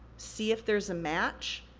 see if there's a match,